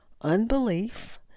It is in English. unbelief